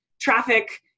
traffic